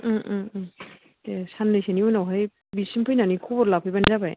उम उम उम उम दे साननैसोनि उनावहाय बिसिम फैनानै खबर लाफैबानो जाबाय